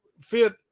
fit